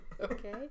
Okay